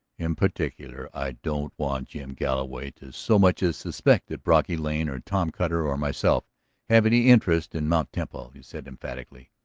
in particular i don't want jim galloway to so much as suspect that brocky lane or tom cutter or myself have any interest in mt. temple, he said emphatically.